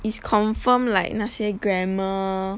it's confirm like 那些 grammar